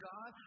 God